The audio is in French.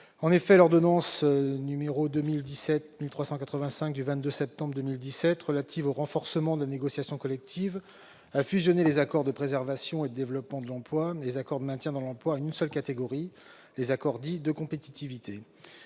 En effet l'ordonnance n° 2017-1385 du 22 septembre 2017 relative au renforcement de la négociation collective a fusionné les accords de préservation et de développement de l'emploi et les accords de maintien de l'emploi en une seule catégorie, les accords dits « de compétitivité